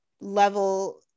level